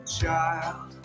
child